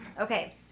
Okay